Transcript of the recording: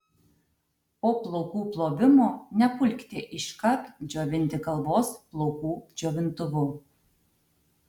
po plaukų plovimo nepulkite iškart džiovinti galvos plaukų džiovintuvu